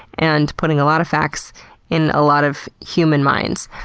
and putting a lot of facts in a lot of human minds.